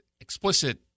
explicit